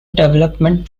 development